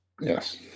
Yes